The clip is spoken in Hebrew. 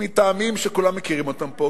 מטעמים שכולם מכירים אותם פה,